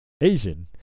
Asian